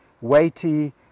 weighty